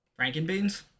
frankenbeans